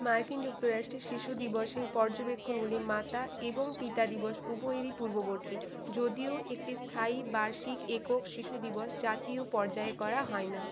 মার্কিন যুক্তরাষ্ট্রে শিশু দিবসের পর্যবেক্ষণগুলি মাতা এবং পিতা দিবস উভয়েরই পূর্ববর্তী যদিও একটি স্থায়ী বার্ষিক একক শিশু দিবস জাতীয় পর্যায়ে করা হয় না